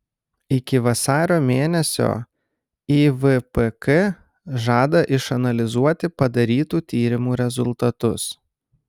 iki vasario mėnesio ivpk žada išanalizuoti padarytų tyrimų rezultatus